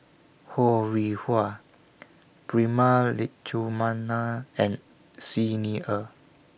Ho Rih Hwa Prema Letchumanan and Xi Ni Er